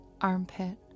armpit